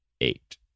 eight